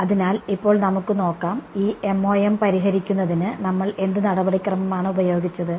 അതിനാൽ ഇപ്പോൾ നമുക്ക് നോക്കാം ഈ MoM പരിഹരിക്കുന്നതിന് നമ്മൾ എന്ത് നടപടിക്രമമാണ് ഉപയോഗിച്ചത്